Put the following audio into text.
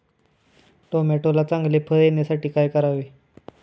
टोमॅटोला चांगले फळ येण्यासाठी काय करावे?